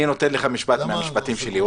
אני נותן לך משפט מהמשפטים שלי.